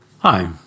Hi